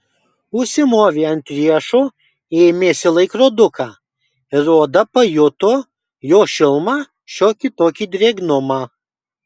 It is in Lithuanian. užsimovė ant riešo ėmėsi laikroduką ir oda pajuto jo šilumą šiokį tokį drėgnumą